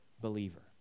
believer